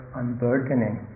unburdening